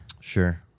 Sure